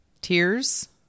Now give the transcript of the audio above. Tears